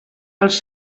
els